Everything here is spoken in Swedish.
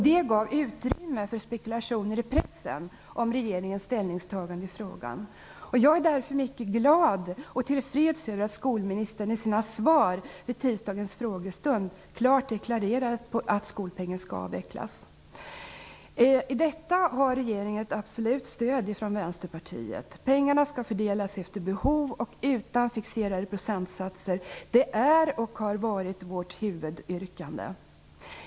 Detta gav utrymme för spekulationer i pressen om regeringens ställningstagande i frågan. Jag är därför mycket glad och till freds över att skolministern i sina svar vid tisdagens frågestund klart deklarerade att skolpengen skall avvecklas. I detta har regeringen ett absolut stöd från Vänsterpartiet. Pengarna skall fördelas efter behov och utan fixerade procentsatser. Det är och har varit vårt huvudyrkande.